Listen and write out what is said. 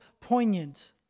poignant